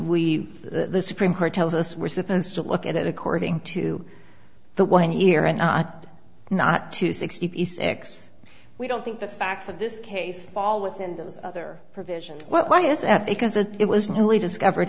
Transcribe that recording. we the supreme court tells us we're supposed to look at it according to the one year and not not to sixty six we don't think the facts of this case fall within those other provisions why is that because it was newly discovered